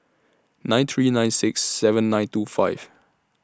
nine three nine six seven nine two five